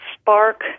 spark